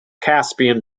caspian